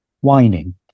whining